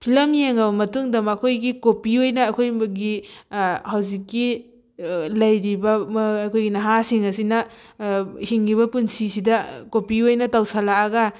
film ꯌꯦꯡꯉꯕ ꯃꯇꯨꯡꯗ ꯃꯈꯣꯏꯒꯤ ꯀꯣꯄꯤ ꯑꯣꯏꯅ ꯑꯩꯈꯣꯏꯒꯤ ꯍꯧꯖꯤꯛꯀꯤ ꯂꯩꯔꯤꯕ ꯑꯩꯈꯣꯏꯒꯤ ꯅꯍꯥꯁꯤꯡ ꯑꯁꯤꯅ ꯍꯤꯡꯉꯤꯕ ꯄꯨꯟꯁꯤꯁꯤꯗ ꯀꯣꯄꯤ ꯑꯣꯏꯅ ꯇꯧꯁꯜꯂꯛꯑꯒ